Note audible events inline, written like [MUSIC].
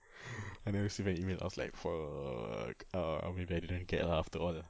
[BREATH] I never receive any email I was like fuck ah habis I didn't get lah after all